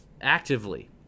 actively